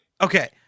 Okay